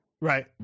Right